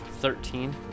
Thirteen